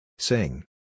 Sing